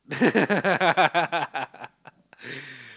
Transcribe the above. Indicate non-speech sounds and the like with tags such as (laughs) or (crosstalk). (laughs)